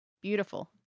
Beautiful